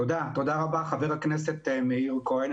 תודה רבה, חבר הכנסת מאיר כהן.